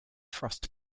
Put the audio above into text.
thrust